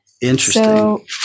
Interesting